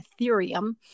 ethereum